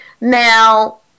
Now